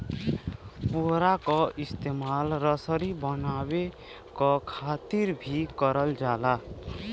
पुवरा क इस्तेमाल रसरी बनावे क खातिर भी करल जाला